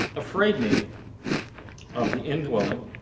afraid, maybe of the indwelling